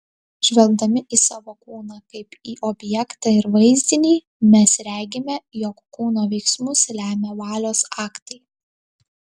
žvelgdami į savo kūną kaip į objektą ir vaizdinį mes regime jog kūno veiksmus lemia valios aktai